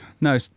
no